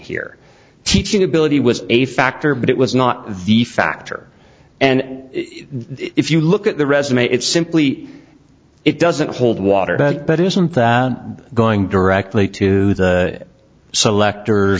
here teaching ability was a factor but it was not the factor and if you look at the resume it's simply it doesn't hold water but isn't that going directly to the selector